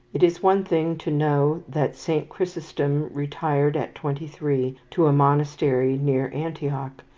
it is one thing to know that saint chrysostom retired at twenty-three to a monastery near antioch,